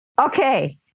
Okay